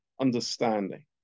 understanding